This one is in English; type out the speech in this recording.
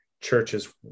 churches